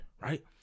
right